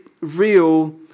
real